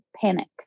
panic